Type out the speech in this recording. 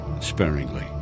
sparingly